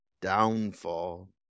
downfall